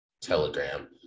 telegram